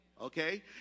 Okay